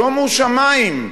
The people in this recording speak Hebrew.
שומו שמים,